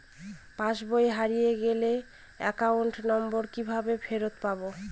পাসবই হারিয়ে গেলে account number কিভাবে ফেরত পাব?